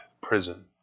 prison